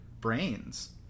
brains